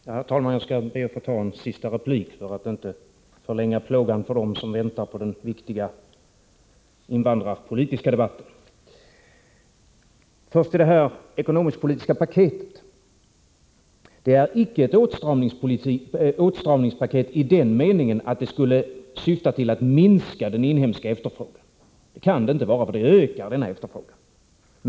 Herr talman! Jag skall be att få ta en sista replik för att inte förlänga plågan för dem som väntar på den viktiga invandrarpolitiska debatten. Det ekonomisk-politiska paketet är icke ett åtstramningspaket i den meningen att det skulle syfta till att minska den inhemska efterfrågan. Det kan det inte vara, för det ökar denna efterfrågan.